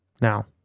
Now